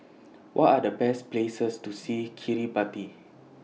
What Are The Best Places to See Kiribati